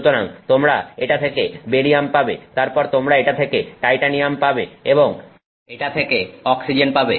সুতরাং তোমরা এটা থেকে বেরিয়াম পাবে তারপর তোমরা এটা থেকে টাইটানিয়াম পাবে এবং এটা থেকে অক্সিজেন পাবে